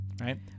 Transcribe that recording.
Right